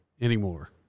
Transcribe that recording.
anymore